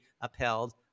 upheld